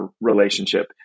relationship